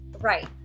Right